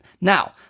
Now